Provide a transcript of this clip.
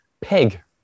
Pig